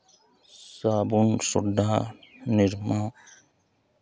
साबुन सोडा निरमा